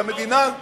כי המדינה,